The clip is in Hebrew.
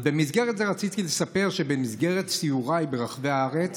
אז במסגרת זה אני שמח לספר לחברים היקרים שבסיוריי ברחבי הארץ